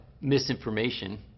misinformation